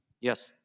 Yes